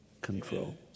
control